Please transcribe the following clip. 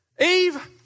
Eve